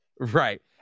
Right